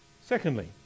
Secondly